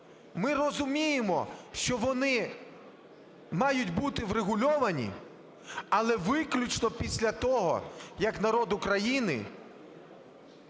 Ми розуміємо, що вони мають бути врегульовані, але виключно після того, як народ України